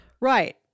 Right